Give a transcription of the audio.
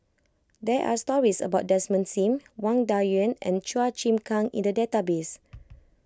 there are stories about Desmond Sim Wang Dayuan and Chua Chim Kang in the database